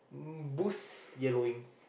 um boost yellowing